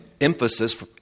emphasis